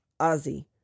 Ozzy